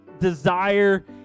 desire